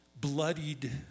bloodied